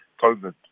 COVID